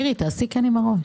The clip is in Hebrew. מירי, תעשי כן עם הראש.